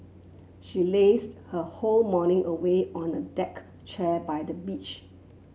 she lazed her whole morning away on a deck chair by the beach